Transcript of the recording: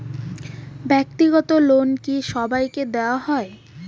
ব্যাক্তিগত লোন কি সবাইকে দেওয়া হয়?